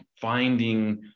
finding